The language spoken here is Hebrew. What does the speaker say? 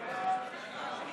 ההצעה